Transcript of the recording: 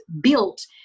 built